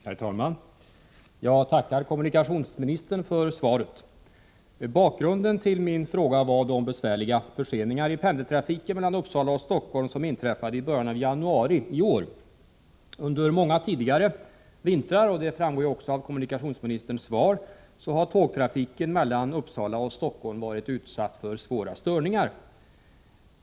Herr talman! Jag tackar kommunikationsministern för svaret. Bakgrunden till min fråga var de besvärliga förseningar i pendeltrafiken mellan Uppsala och Stockholm som inträffade i början av januari i år. Under många tidigare vintrar har, som framgår av kommunikationsministerns svar, tågtrafiken mellan Uppsala och Stockholm varit utsatt för svåra störningar.